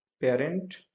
parent